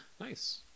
nice